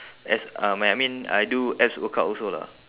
abs um I mean I do abs workout also lah